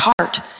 heart